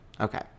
Okay